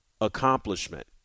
accomplishment